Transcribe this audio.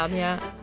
um yeah